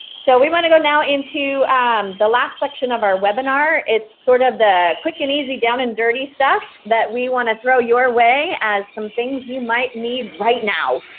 so we want to go now into um the last section of our webinar. it's sort of the quick and easy, down and dirty stuff that we want to throw your way as some things you might need right now.